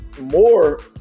more